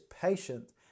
patient